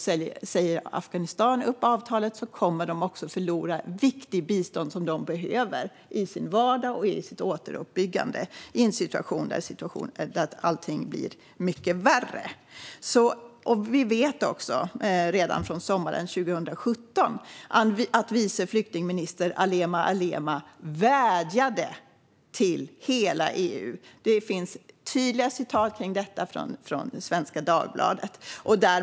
Säger Afghanistan upp avtalet kommer de att förlora viktigt bistånd som de behöver i sin vardag och i sitt återuppbyggande i en situation där allting blir mycket värre. Vi vet också att landets vice flyktingminister Alema Alema redan sommaren 2017 vädjade till hela EU. Det finns tydliga citat från Svenska Dagbladet.